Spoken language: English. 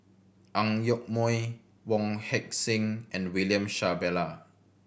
Ang Yoke Mooi Wong Heck Sing and William Shellabear